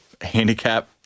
handicap